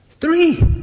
Three